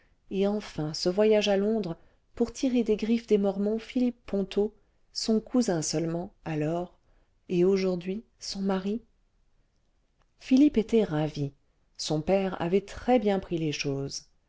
et enfin ce voyage à londres pour tirer des griffes des mormons philippe ponto son cousin seulement alors et aujourd'hui son mari philipjoe était ravi son père avait très bien pris les choses